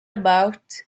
about